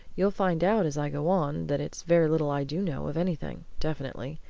you'll find out as i go on that it's very little i do know of anything definitely.